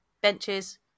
benches